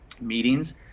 meetings